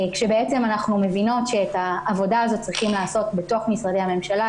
אנחנו מבינות שאת העבודה המקצועית הזאת צריכים לעשות בתוך משרדי הממשלה.